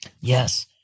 Yes